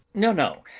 no, no,